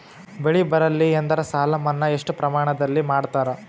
ಬೆಳಿ ಬರಲ್ಲಿ ಎಂದರ ಸಾಲ ಮನ್ನಾ ಎಷ್ಟು ಪ್ರಮಾಣದಲ್ಲಿ ಮಾಡತಾರ?